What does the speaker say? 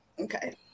Okay